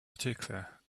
particular